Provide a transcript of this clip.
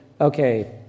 okay